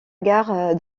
gare